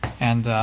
and,